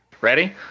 Ready